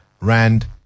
Rand